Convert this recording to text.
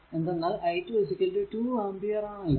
എന്തെന്നാൽ i2 2 ampere ആണല്ലോ